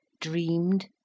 dreamed